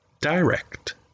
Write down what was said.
Direct